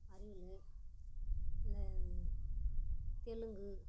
அறிவியல் இந்த தெலுங்கு